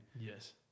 yes